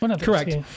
Correct